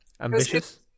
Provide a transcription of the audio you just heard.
Ambitious